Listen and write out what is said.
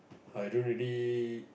I don't really